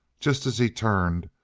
just as he turned,